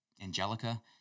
angelica